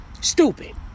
stupid